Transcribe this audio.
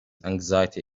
anxiety